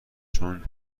چون